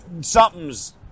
something's